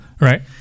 Right